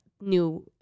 new